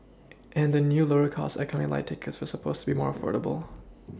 and the new lower cost economy Lite tickets were supposed to be more affordable